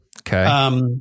Okay